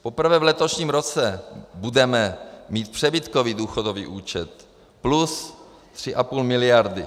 Poprvé v letošním roce budeme mít přebytkový důchodový účet plus 3,5 miliardy.